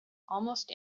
almost